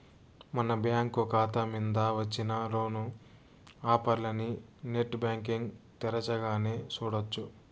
మన బ్యాంకు కాతా మింద వచ్చిన లోను ఆఫర్లనీ నెట్ బ్యాంటింగ్ తెరచగానే సూడొచ్చు